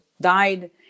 died